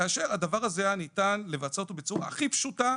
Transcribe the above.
כאשר הדבר הזה היה ניתן לבצע אותו בצורה הכי פשוטה,